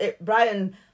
Brian